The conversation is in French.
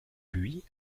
buis